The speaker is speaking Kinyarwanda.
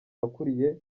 wakuriye